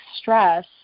stress